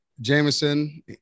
Jameson